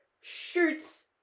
shoots